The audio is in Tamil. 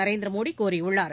நரேந்திரமோடிகூறியுள்ளார்